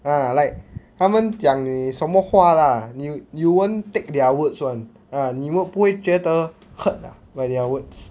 ah like 他们讲你什么话 lah you you won't take their words [one] ah 你们不会觉得 hurt ah by their words